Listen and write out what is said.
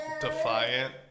defiant